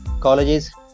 colleges